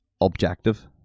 objective